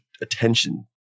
attention